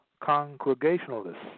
Congregationalists